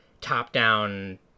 top-down